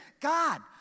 God